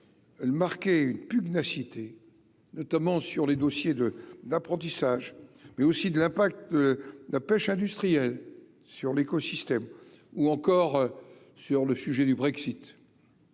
le marquer une pub n'a cité, notamment sur les dossiers de d'apprentissage, mais aussi de l'impact de la pêche industrielle sur l'écosystème, ou encore sur le sujet du Brexit.